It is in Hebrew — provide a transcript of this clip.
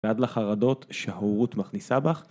ועד לחרדות שההורות מכניסה בך